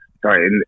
sorry